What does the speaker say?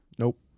Nope